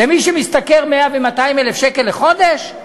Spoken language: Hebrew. מי שמשתכר 100,000 ו-200,000 לחודש,